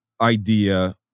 idea